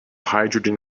hydrogen